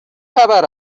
خبر